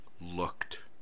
looked